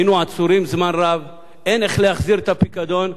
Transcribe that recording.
היינו עצורים זמן רב, אין איך להחזיר את הפיקדון,